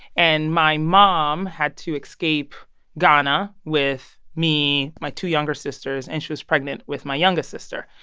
and my mom had to escape ghana with me, my two younger sisters, and she was pregnant with my youngest sister.